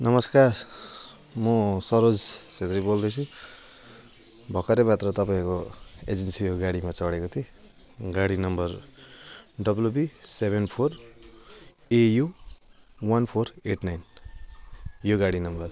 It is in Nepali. नमस्कार म सरोज छेत्री बोल्दैछु भर्खरै मात्र तपाईँहरूको एजेन्सीको गाडीमा चढेको थिएँ गाडी number WB seven four AU one four eight nine यो गाडी नम्बर